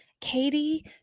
Katie